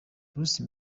bruce